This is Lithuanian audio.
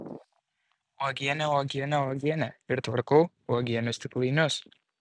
uogienė uogienė uogienė ir tvarkau uogienių stiklainius